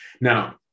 Now